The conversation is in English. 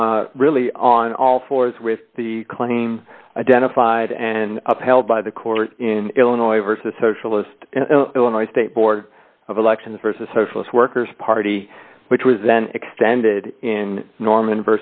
really on all fours with the claim identified and upheld by the court in illinois versus socialist illinois state board of election the st a socialist workers party which was then extended in norman